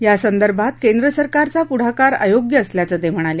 या संदर्भात केंद्र सरकारचा पुढाकार अयोग्य असल्याचं ते म्हणाले